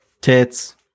Tits